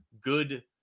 good